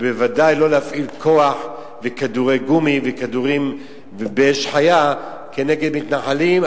ובוודאי לא להפעיל כוח וכדורי גומי וכדורים באש חיה כנגד מתנחלים,